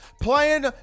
playing